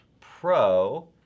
Pro